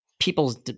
People's